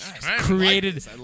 created